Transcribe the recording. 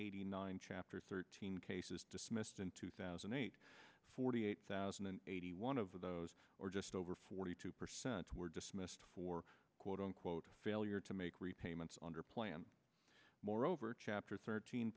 eighty nine chapter thirteen cases dismissed in two thousand and eight forty eight thousand and eighty one of those or just over forty two percent were dismissed for quote unquote failure to make repayments on your plan moreover chapter thirteen